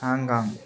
Hong Kong